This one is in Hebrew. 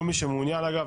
כל מי שמעונין אגב,